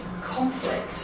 conflict